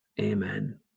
Amen